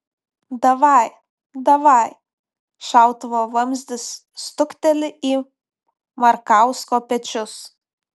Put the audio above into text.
davaj davaj šautuvo vamzdis stukteli į markausko pečius